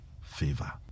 favor